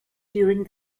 during